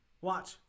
Watch